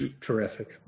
terrific